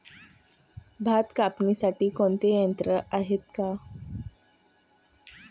भात कापणीसाठी कोणते यंत्र आहेत का?